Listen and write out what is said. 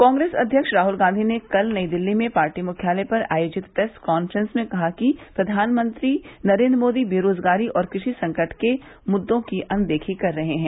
कांग्रेस अध्यक्ष राहल गांधी ने कल नई दिल्ली में पार्टी मुख्यालय पर आयोजित प्रेस कांफ्रेंस में कहा कि प्र्वानमंत्री नरेन्द्र मोदी बेरोजगारी और कृषि संकट के मुद्दों की अनदेखी कर रहे हैं